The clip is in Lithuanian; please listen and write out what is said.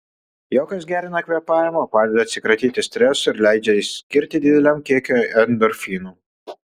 juokas gerina kvėpavimą padeda atsikratyti streso ir leidžia išsiskirti dideliam kiekiui endorfinų